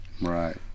right